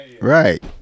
Right